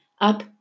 Up